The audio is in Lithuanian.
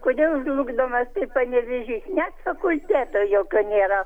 kodėl žlugdomas taip panevėžys net fakulteto jokio nėra